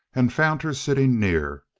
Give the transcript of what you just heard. and found her sitting near.